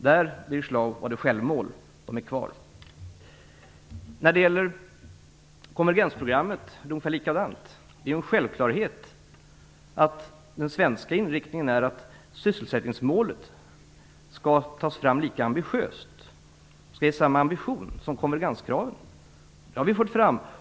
Det var självmål, Birger Det är ungefär likadant när det gäller konvergensprogrammet. Det är en självklarhet att den svenska inriktningen är att sysselsättningsmålet skall omfattas av samma ambition som konvergenskraven. Det har vi fört fram.